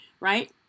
right